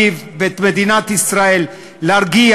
וכל מי שמנסה להצמיד לי,